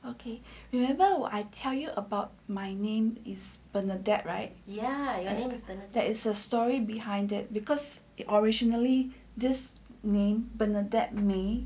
okay you remember what I tell you about my name is bernadette right ya your name is below that is a story behind it because it originally this name bernadette may